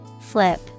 Flip